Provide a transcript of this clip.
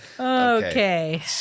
okay